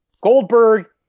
Goldberg